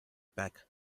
back